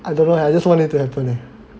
I don't know eh I just want it to happen eh